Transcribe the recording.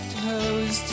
toes